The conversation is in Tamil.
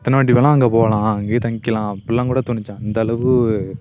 எத்தனைவாட்டி வேணா அங்கே போகலாம் அங்கேயே தங்கிக்கலாம் அப்படில்லாம் கூட தோணுச்சு அந்தளவு